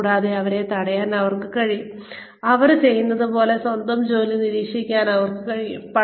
കൂടാതെ അവരെ തടയാൻ അവർക്ക് കഴിയും അവർ ചെയ്യുന്നതുപോലെ സ്വന്തം ജോലി നിരീക്ഷിക്കാൻ അവർക്ക് കഴിയും